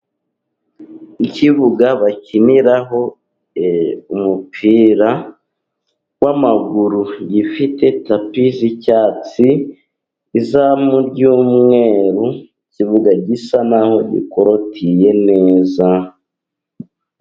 Ikibuga bakiniraho umupira w’amaguru， gifite tapi y’icyatsi，izamu ry'umweru， ikibuga gisa n’aho gikorotiye neza.